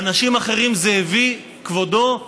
אנשים אחרים זה הביא, כבודו,